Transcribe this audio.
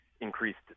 increased